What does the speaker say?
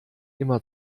immer